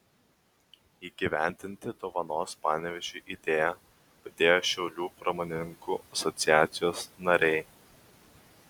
įgyvendinti dovanos panevėžiui idėją padėjo šiaulių pramonininkų asociacijos nariai